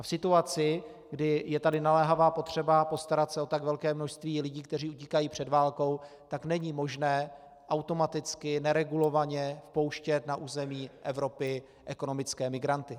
V situaci, kdy je tady naléhavá potřeba postarat se o tak velké množství lidí, kteří utíkají před válkou, není možné automaticky neregulovaně vpouštět na území Evropy ekonomické migranty.